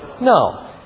No